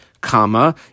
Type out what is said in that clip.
comma